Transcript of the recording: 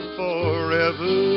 forever